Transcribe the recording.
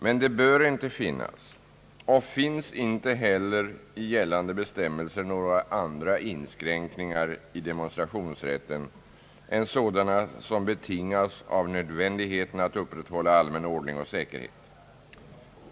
Men det bör inte finnas och finns inte heller enligt gällande bestämmelser några andra inskränkningar i demonstrationsrätten än sådana som betingas av nödvändigheten att upprätthålla allmän ordning och säkerhet.